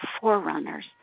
forerunners